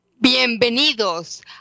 Bienvenidos